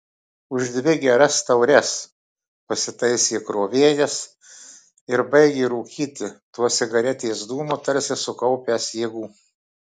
už dvi geras taures pasitaisė krovėjas ir baigė rūkyti tuo cigaretės dūmu tarsi sukaupęs jėgų